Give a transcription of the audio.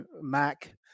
Mac